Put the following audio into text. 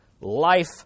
life